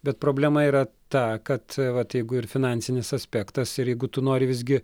bet problema yra ta kad vat jeigu ir finansinis aspektas ir jeigu tu nori visgi